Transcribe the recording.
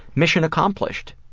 mission accomplished.